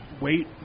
wait